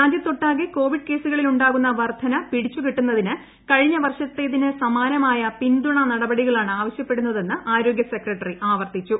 രാജ്യത്തൊട്ടാകെ covid കേസുകളിലുണ്ടാകുന്ന വർദ്ധനവിനെ പിടിച്ചുകെട്ടുന്നതിന് കഴിഞ്ഞ വർഷത്തേതിന് സമാനമായ പിന്തുണ നടപടികളാണ് ആവശൃപ്പെടുന്നതെന്ന് ആരോഗൃ സെക്രട്ടറി ആവർത്തിച്ചു